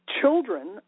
children